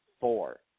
four